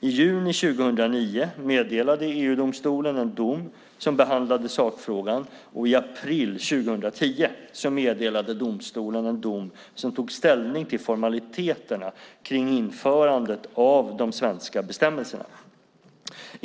I juni 2009 meddelade EU-domstolen en dom som behandlade sakfrågan och i april 2010 meddelade domstolen en dom som tog ställning till formaliteterna kring införandet av de svenska bestämmelserna.